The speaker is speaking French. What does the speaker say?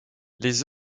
les